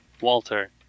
Walter